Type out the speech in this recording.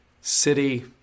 City